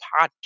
podcast